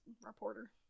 reporter